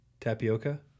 Tapioca